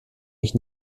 mich